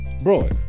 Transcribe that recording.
bro